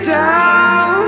down